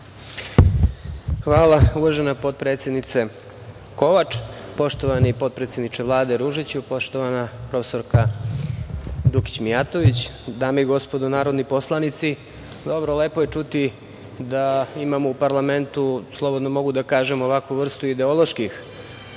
Hvala. Uvažena potpredsednice Kovač, poštovani potpredsedniče Vlade Ružiću, poštovana prof. Dukić Mijatović, dame i gospodo narodni poslanici, lepo je čuti da imamo u parlamentu, slobodno mogu da kažem, ovakvu vrstu ideoloških